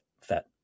fat